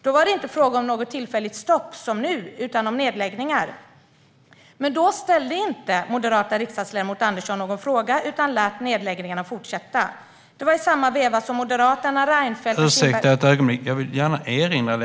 Då var det inte fråga om något tillfälligt stopp, som nu, utan om nedläggningar. Då ställde inte den moderate riksdagsledamoten Andersson någon fråga utan lät nedläggningarna fortsätta. Det var i samma veva som Moderaterna, Reinfeldt . Jag undrar varför man nu lyfter fram detta när man inte tidigare har tagit upp att det har varit ett problem.